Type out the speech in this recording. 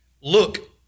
look